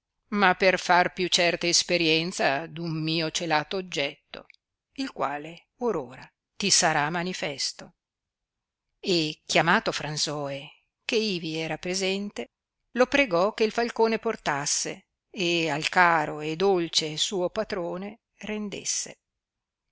ma per far più certa isperienza d'un mio celato oggetto il quale ora ora ti sarà manifesto e chiamato fransoe che ivi era presente lo pregò che il falcone portasse e al caro e dolce suo patrone rendesse